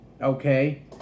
Okay